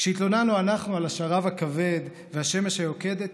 כשהתלוננו אנחנו על השרב הכבד והשמש היוקדת,